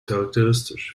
charakteristisch